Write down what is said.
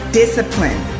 discipline